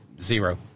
zero